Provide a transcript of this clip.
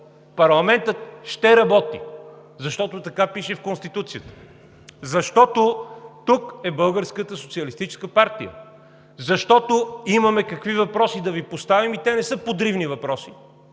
Парламентът ще работи, защото така пише в Конституцията! Защото тук е Българската социалистическа партия! Защото имаме какви въпроси да Ви поставим и те не са подривни въпроси,